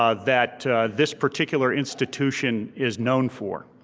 ah that this particular institution is known for.